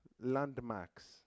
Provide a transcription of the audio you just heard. landmarks